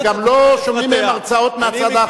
אז גם לא שומעים הרצאות מהצד האחר.